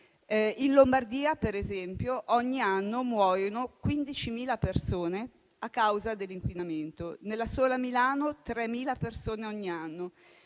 In Lombardia, per esempio, ogni anno muoiono 15.000 persone a causa dell'inquinamento. Nella sola Milano, muoiono 3.000 persone ogni anno.